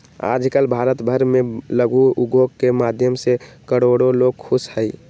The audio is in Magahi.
आजकल भारत भर में लघु उद्योग के माध्यम से करोडो लोग खुश हई